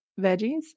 veggies